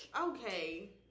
Okay